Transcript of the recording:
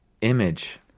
image